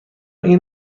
این